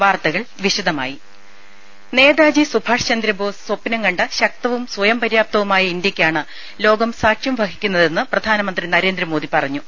വാർത്തകൾ വിശദമായി നേതാജി സുഭാഷ് ചന്ദ്രബോസ് സ്വപ്നം കണ്ട ശക്തവും സ്വയം പര്യാപ്തവുമായ ഇന്ത്യയ്ക്കാണ് ലോകം സാക്ഷ്യം വഹിക്കുന്നതെന്ന് നരേന്ദ്രമോദി പറഞ്ഞു